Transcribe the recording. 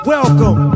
Welcome